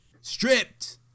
Stripped